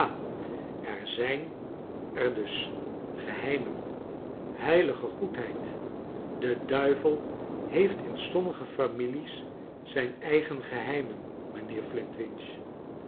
er zijn er dus geheimen heilige goedheid de duivel heeft in sommige families zijn eigen geheimen